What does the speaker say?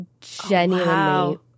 genuinely